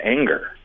anger